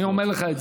אני אומר לך את זה.